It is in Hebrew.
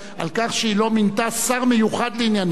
על כך שהיא לא מינתה שר מיוחד לענייני "הוט".